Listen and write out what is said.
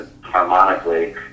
harmonically